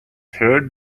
heart